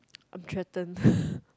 I'm threatened